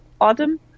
autumn